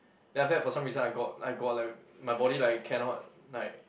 then after that for some reason I got I got like my body like cannot like